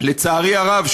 שלצערי הרב,